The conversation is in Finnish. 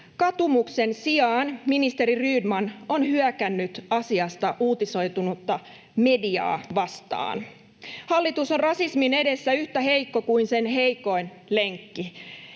Katumuksen sijaan ministeri Rydman on hyökännyt asiasta uutisoinutta mediaa vastaan. Hallitus on rasismin edessä yhtä heikko kuin sen heikoin lenkki.